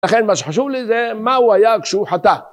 לכן מה שחשוב לי זה, מה הוא היה כשהוא חטא.